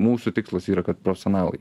mūsų tikslas yra kad profesionalai